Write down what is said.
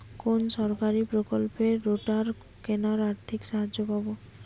কোন সরকারী প্রকল্পে রোটার কেনার আর্থিক সাহায্য পাব?